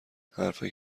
حرفهایی